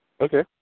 Okay